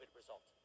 result